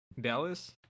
Dallas